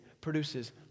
produces